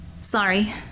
Sorry